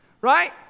Right